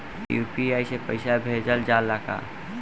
UPI से पईसा भेजल जाला का?